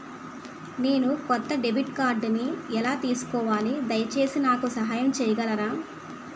నేను కొత్త డెబిట్ కార్డ్ని ఎలా తీసుకోవాలి, దయచేసి నాకు సహాయం చేయగలరా?